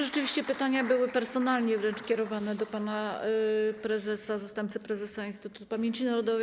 Rzeczywiście pytania były personalnie kierowane do pana prezesa, zastępcy prezesa Instytutu Pamięci Narodowej.